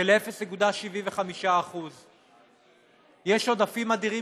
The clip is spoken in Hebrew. של 0.75%. יש עודפים אדירים,